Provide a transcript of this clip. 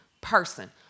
person